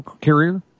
carrier